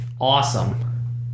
awesome